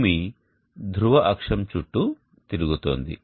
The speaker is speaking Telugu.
భూమి ధ్రువ అక్షం చుట్టూ తిరుగుతోంది